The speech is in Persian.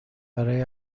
برای